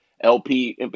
LP